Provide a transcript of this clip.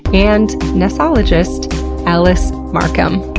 and nassologist allis markham.